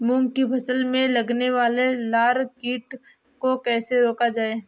मूंग की फसल में लगने वाले लार कीट को कैसे रोका जाए?